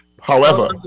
However-